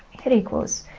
hit equals,